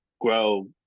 grow